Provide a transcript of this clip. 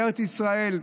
בארץ ישראל,